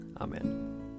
Amen